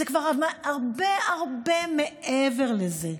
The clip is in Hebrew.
זה כבר הרבה הרבה מעבר לזה.